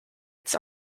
its